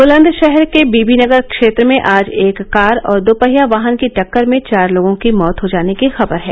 बुलंदशहर के बीबीनगर क्षेत्र में आज एक कार और दोपहिया वाहन की टक्कर में चार लोगों की मौत हो जाने की खबर है